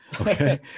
okay